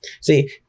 See